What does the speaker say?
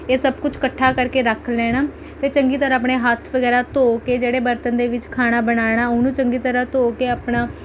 ਇਹ ਸਭ ਕੁਛ ਇਕੱਠਾ ਕਰਕੇ ਰੱਖ ਲੈਣਾ ਫਿਰ ਚੰਗੀ ਤਰ੍ਹਾਂ ਆਪਣੇ ਹੱਥ ਵਗੈਰਾ ਧੋ ਕੇ ਜਿਹੜੇ ਬਰਤਨ ਦੇ ਵਿੱਚ ਖਾਣਾ ਬਣਾਉਣਾ ਉਹਨੂੰ ਚੰਗੀ ਤਰ੍ਹਾਂ ਧੋ ਕੇ ਆਪਣਾ